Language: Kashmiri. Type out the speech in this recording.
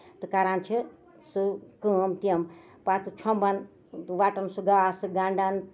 تہٕ کران چھِ سُہ کٲم کیٚنہہ تِم پَتہٕ چھۄمبان وَٹان سُہ گاسہٕ گنڈان